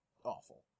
awful